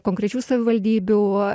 konkrečių savivaldybių